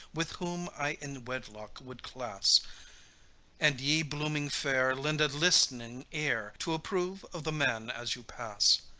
with whom i in wedlock would class and ye blooming fair, lend a listening ear, to approve of the man as you pass.